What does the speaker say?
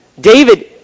David